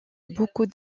beaucoup